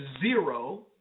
zero